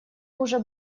уже